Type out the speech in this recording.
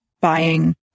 buying